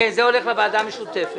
כן, זה הולך לוועדה המשותפת.